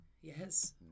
Yes